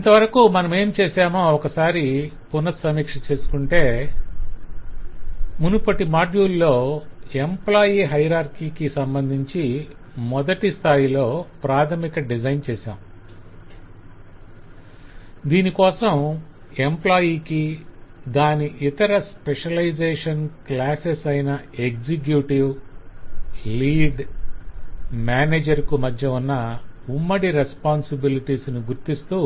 ఇంతవరకు మనమేం చేశామో ఒకసారి పునఃసమీక్ష చేసుకుంటే మునుపటి మాడ్యుల్ లో ఎంప్లాయ్ హయరార్కికి సంబంధించి మొదటి స్థాయిలో ప్రాధమిక డిజైన్ చేశాం దీనికోసం ఎంప్లాయ్ కి దాని ఇతర స్పెషలైజేషన్ క్లాసెస్ అయిన ఎక్సెక్యుటివ్ లీడ్ మేనేజర్ కు మధ్య ఉన్న ఉమ్మడి రెస్పొంసిబిలిటీస్ ను గుర్తిస్తూ